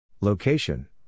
Location